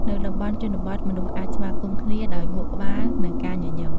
នៅតំបន់ជនបទ មនុស្សអាចស្វាគមន៍គ្នាដោយងក់ក្បាល និងការញញឹម។